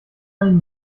ein